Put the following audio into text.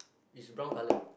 it's brown colour